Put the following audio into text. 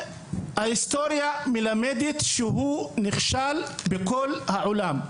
ההיסטוריה מלמדת על הניסיון הזה שנכשל בכל העולם.